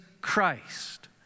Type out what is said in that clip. Christ